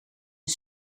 het